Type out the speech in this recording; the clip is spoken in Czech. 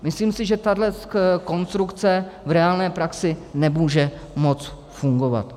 Myslím si, že tahle konstrukce v reálné praxi nemůže moc fungovat.